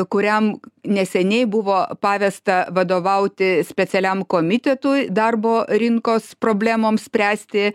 kuriam neseniai buvo pavesta vadovauti specialiam komitetui darbo rinkos problemoms spręsti